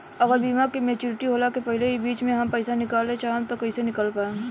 अगर बीमा के मेचूरिटि होला के पहिले ही बीच मे हम पईसा निकाले चाहेम त कइसे निकाल पायेम?